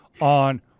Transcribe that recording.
on